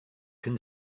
can